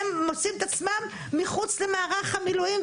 הם מוצאים את עצמם מחוץ למערך המילואים,